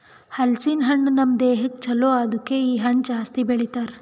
ಹಲಸಿನ ಹಣ್ಣು ನಮ್ ದೇಹಕ್ ಛಲೋ ಅದುಕೆ ಇ ಹಣ್ಣು ಜಾಸ್ತಿ ಬೆಳಿತಾರ್